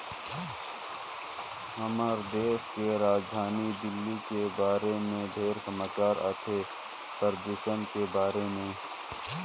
हमर देश के राजधानी दिल्ली के बारे मे ढेरे समाचार आथे, परदूषन के बारे में